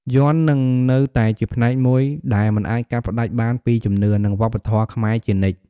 យ័ន្តនឹងនៅតែជាផ្នែកមួយដែលមិនអាចកាត់ផ្ដាច់បានពីជំនឿ និងវប្បធម៌ខ្មែរជានិច្ច។